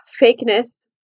fakeness